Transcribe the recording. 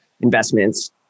investments